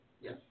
Yes